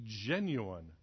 genuine